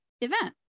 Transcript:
event